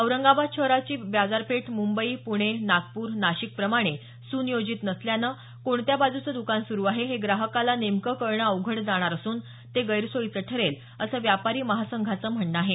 औरंगाबाद शहराची व्यापारी पेठ मुंबई पुणे नागपूर नाशिक प्रमाणे सुनियोजित नसल्यानं कोणत्या बाजूचं दुकान सुरू आहे हे ग्राहकाला नेमकं कळणं अवघड जाणार असून ते गैरसोयीचे ठरेल असं व्यापारी महासंघाचं म्हणणं आहे